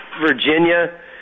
Virginia